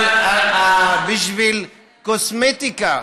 אבל בשביל קוסמטיקה,